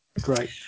Great